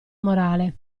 morale